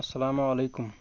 السلام علیکُم